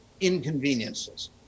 inconveniences